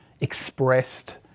expressed